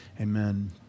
amen